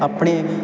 ਆਪਣੇ